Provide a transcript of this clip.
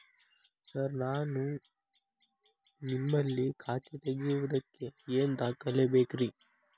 Sir ನಾನು ನಿಮ್ಮಲ್ಲಿ ಖಾತೆ ತೆರೆಯುವುದಕ್ಕೆ ಏನ್ ದಾಖಲೆ ಬೇಕ್ರಿ?